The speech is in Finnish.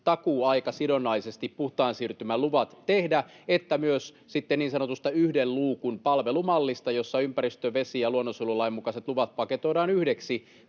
takuuaikasidonnaisesti puhtaan siirtymän luvat, että sitten myös niin sanotusta yhden luukun palvelumallista, jossa ympäristö-, vesi- ja luonnonsuojelulain mukaiset luvat paketoidaan yhdeksi